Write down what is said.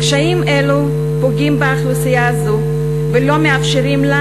קשיים אלו פוגעים באוכלוסייה הזו ולא מאפשרים לה